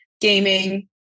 gaming